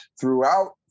throughout